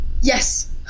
Yes